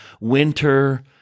winter